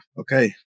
Okay